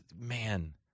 man